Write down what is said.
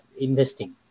investing